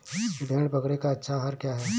भेड़ बकरी का अच्छा आहार क्या है?